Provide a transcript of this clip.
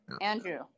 Andrew